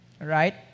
Right